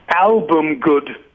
album-good